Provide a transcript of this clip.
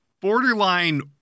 borderline